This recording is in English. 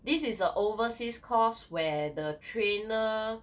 this is a overseas course where the trainer